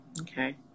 Okay